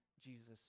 Jesus